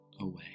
away